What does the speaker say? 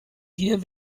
hier